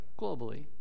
globally